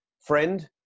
friend